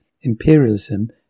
imperialism